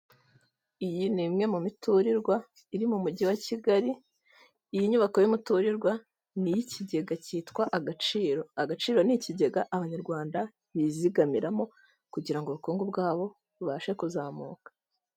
Iyi n'imwe mu miturirwa iri mu mujyi wa Kigali, iyi nyubako y'umutururirwa niy'ikigega cyitwa AGACIRO. AGACIRO n'ikigega abanyarwanda bizigamiramo kugira ngo ubukungu bwabo bubashe kuzamuka.